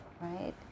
right